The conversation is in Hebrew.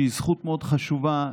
שהיא זכות חשובה מאוד,